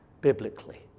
biblically